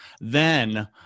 Then-